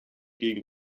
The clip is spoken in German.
gegen